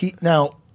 Now